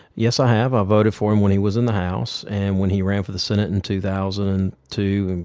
yes i have. i voted for him when he was in the house, and when he ran for the senate in two thousand and two, and